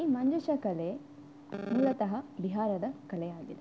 ಈ ಮಂಜೂಷ ಕಲೆ ಮೂಲತಃ ಬಿಹಾರದ ಕಲೆಯಾಗಿದೆ